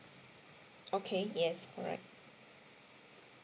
okay yes correct